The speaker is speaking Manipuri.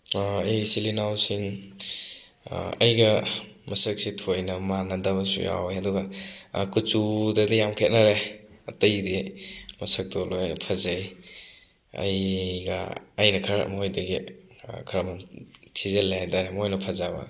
ꯑꯩ ꯏꯆꯤꯜ ꯏꯅꯥꯎꯁꯤꯡ ꯑꯩꯒ ꯃꯁꯛꯁꯦ ꯊꯣꯏꯅ ꯃꯥꯟꯅꯗꯕꯁꯨ ꯌꯥꯎꯋꯦ ꯑꯗꯨꯒ ꯀꯨꯆꯨꯗꯅ ꯌꯥꯝ ꯈꯦꯠꯅꯔꯦ ꯑꯇꯩꯗꯤ ꯃꯁꯛꯇꯣ ꯂꯣꯏꯅ ꯐꯖꯩ ꯑꯩꯒ ꯑꯩꯅ ꯈꯔ ꯃꯈꯣꯏꯗꯒꯤ ꯈꯔ ꯊꯤꯖꯤꯜꯂꯦ ꯍꯥꯏꯇꯔꯦ ꯃꯈꯣꯏꯅ ꯐꯖꯕ